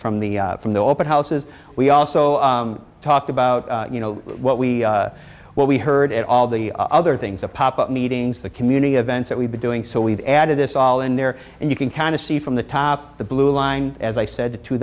from the from the open houses we also talked about you know what we what we heard at all the other things that pop up meetings the community events that we've been doing so we've added this all in there and you can kind of see from the top the blueline as i said t